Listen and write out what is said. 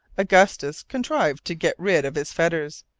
augustus contrived to get rid of his fetters,